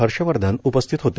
हर्षवर्धन उपस्थित होते